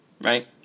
right